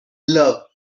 love